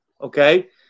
Okay